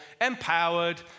Empowered